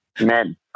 Men